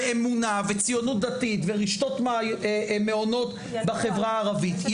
ואמונה וציונות דתית ורשתות מעונות בחברה הערבית.